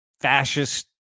fascist